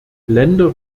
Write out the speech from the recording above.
länder